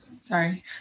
Sorry